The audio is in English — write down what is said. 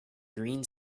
green